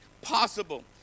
possible